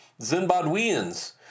Zimbabweans